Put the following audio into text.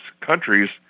countries